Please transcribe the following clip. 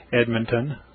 Edmonton